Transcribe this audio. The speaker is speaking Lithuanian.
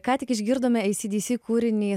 ką tik išgirdome ei si di si kūrinį